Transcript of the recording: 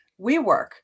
WeWork